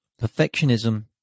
Perfectionism